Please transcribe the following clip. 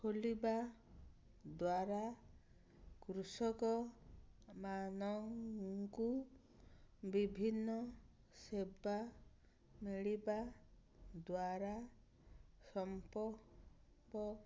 ଖୋଲିବା ଦ୍ୱାରା କୃଷକମାନଙ୍କୁ ବିଭିନ୍ନ ସେବା ମିଳିବା ଦ୍ୱାରା ସମ୍ପଦ